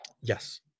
Yes